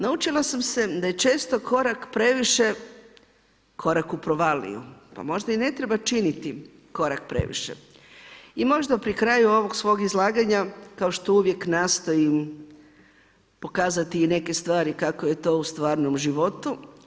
Naučila sam se da je često korak previše korak u provaliju, pa možda i ne treba činiti korak previše i možda pri kraju ovog svog izlaganja, kao što uvijek nastojim pokazati i neke stvari kako je to u stvarnom životu.